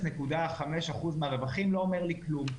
0.5 אחוז מהרווחים, לא אומר לי כלום.